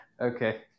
okay